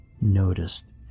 noticed